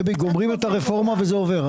דבי, גומרים את הרפורמה וזה עובר.